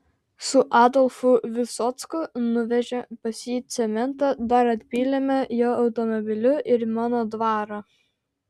su adolfu visocku nuvežę pas jį cementą dar atpylėme jo automobiliu ir į mano dvarą